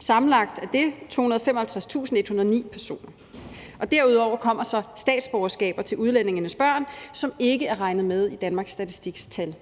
Sammenlagt er det 255.109 personer. Derudover kommer statsborgerskaber til udlændingenes børn, som ikke er regnet med i Danmarks Statistiks tal.